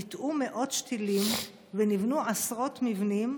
ניטעו מאות שתילים ונבנו עשרות מבנים,